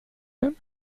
him